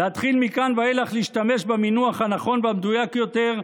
להתחיל מכאן ואילך להשתמש במינוח הנכון והמדויק יותר: